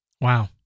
Wow